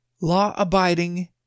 law-abiding